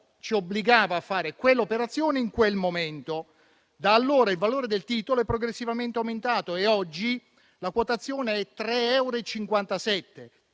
ci obbligava a fare quell'operazione in quel momento. Da allora, il valore del titolo è progressivamente aumentato e oggi la quotazione è pari a 3,57 euro,